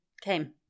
came